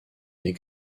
est